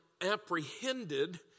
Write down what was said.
apprehended